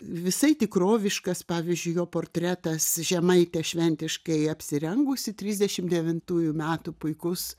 visai tikroviškas pavyzdžiui jo portretas žemaitė šventiškai apsirengusi trisdešim devintųjų metų puikus